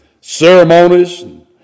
Ceremonies